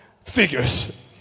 figures